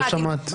לא שמעת?